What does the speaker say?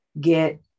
get